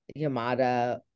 Yamada